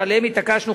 שעליהם התעקשנו,